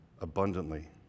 abundantly